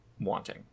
wanting